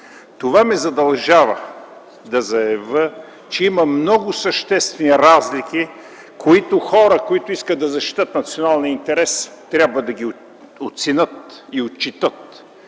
Това ме задължава да заявя, че има много съществени разлики, които хора, които искат да защитят националния интерес, трябва да оценят и отчетат.